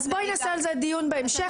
אז בואי נעשה על זה דיון בהמשך,